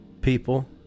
people